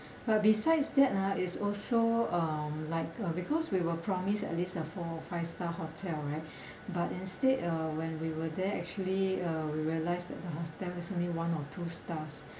but besides that uh is also um like uh because we were promised at least a four or five stars hotel right but instead uh when we were there actually uh we realise that the hotel is only one or two stars